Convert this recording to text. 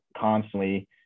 constantly